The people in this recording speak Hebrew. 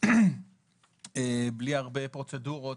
בלי הרבה פרוצדורות,